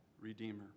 Redeemer